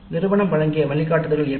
நிறுவனம் வழங்கிய வழிகாட்டுதல்கள் இவை